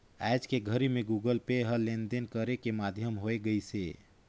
आयज के घरी मे गुगल पे ह लेन देन करे के माधियम होय गइसे